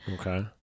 okay